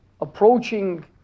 approaching